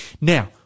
Now